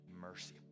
mercy